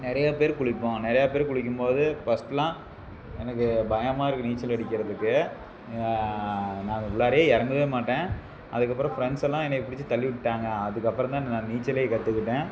நிறையா பேர் குளிப்போம் நிறையா பேர் குளிக்கும் போது பர்ஸ்ட்டெல்லாம் எனக்கு பயமாக இருக்கும் நீச்சல் அடிக்கிறதுக்கு நான் உள்ளார இறங்கவே மாட்டேன் அதுக்கப்புறம் ஃப்ரெண்ட்ஸெல்லாம் என்னைப் பிடிச்சி தள்ளி விட்டாங்க அதுக்கப்புறம் தான் நான் நீச்சலே கற்றுக்கிட்டேன்